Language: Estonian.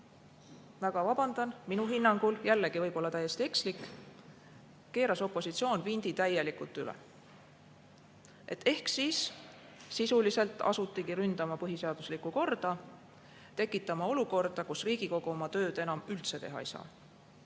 väga vabandan, minu hinnangul, mis jällegi võib olla täiesti ekslik – keeras opositsioon vindi täielikult üle. Sisuliselt asuti ründama põhiseaduslikku korda, tekitama olukorda, kus Riigikogu oma tööd enam üldse teha ei saa.